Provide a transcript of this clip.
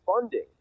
funding